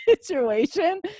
situation